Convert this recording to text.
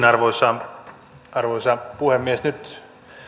arvoisa arvoisa puhemies nyt